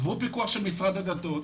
עברו פיקוח של משרד הדתות,